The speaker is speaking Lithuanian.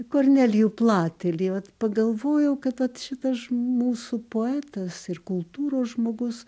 kornelijų platelį vat pagalvojau kad vat šitas mūsų poetas ir kultūros žmogus